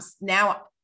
now